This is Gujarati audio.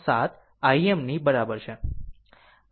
637 Im ની બરાબર છે